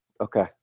Okay